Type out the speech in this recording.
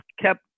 kept